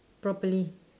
properly